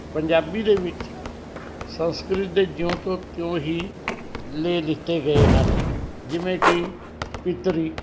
ਪੰਜਾਬੀ ਦੇ ਵਿੱਚ ਸੰਸਕ੍ਰਿਤ ਦੇ ਜਿਉਂ ਤੋਂ ਤਿਉਂ ਹੀ ਲੈ ਲਿੱਤੇ ਗਏ ਹਨ ਜਿਵੇਂ ਕਿ ਪਿੱਤਰੀ